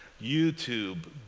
YouTube